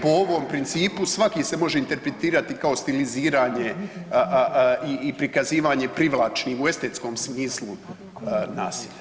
Po ovom principu svaki se može interpretirati kao stiliziranje i prikazivanje privlačnim u estetskom smislu nasilja.